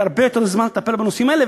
יהיה הרבה יותר זמן לטפל בנושאים האלה,